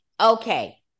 Okay